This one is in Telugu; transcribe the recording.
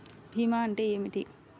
భీమా అంటే ఏమిటి?